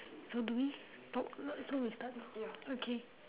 so do we talk so we start now okay